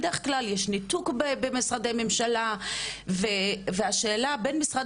בדרך כלל יש ניתוק במשרדי ממשלה והשאלה בין משרד